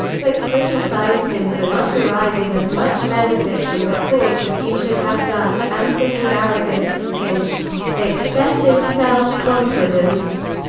but criticised him for not deriving as much benefit from the course as he should have done, and for his arrogance his excessive self-confidence,